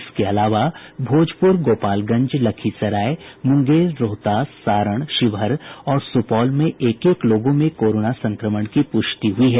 इसके अलावा भोजपुर गोपालगंज लखीसराय मुंगेर रोहतास सारण शिवहर और सुपौल में एक एक लोगों में कोरोना संक्रमण की पुष्टि हुई है